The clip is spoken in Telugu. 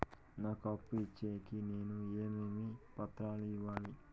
నాకు అప్పు ఇచ్చేకి నేను ఏమేమి పత్రాలు ఇవ్వాలి